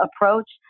approach